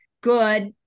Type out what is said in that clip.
good